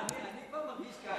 אני פה מרגיש כך,